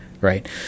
right